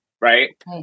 Right